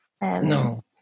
No